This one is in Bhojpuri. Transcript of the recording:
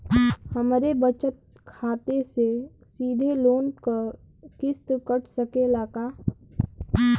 हमरे बचत खाते से सीधे लोन क किस्त कट सकेला का?